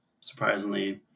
surprisingly